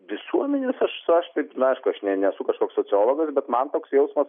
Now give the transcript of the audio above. visuomenės aš su aš taip na aišku aš ne nesu kažkoks sociologas bet man toks jausmas